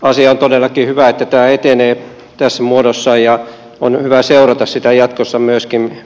tämä asia on todellakin hyvä että tämä etenee tässä muodossa ja on hyvä seurata sitä jatkossa myöskin